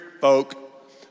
folk